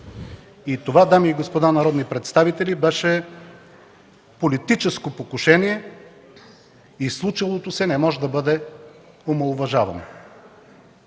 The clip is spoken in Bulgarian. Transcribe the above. Това, дами и господа народни представители, беше политическо покушение и случилото се не може да бъде омаловажавано.